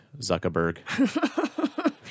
Zuckerberg